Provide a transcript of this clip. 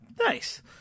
Nice